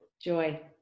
joy